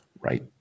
Right